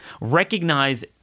recognize